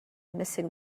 missing